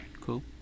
Cool